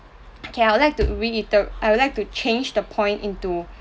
okay I would like to reiter~ I would like to change the point into